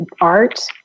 art